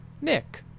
Nick